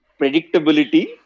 predictability